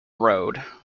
road